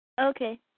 Okay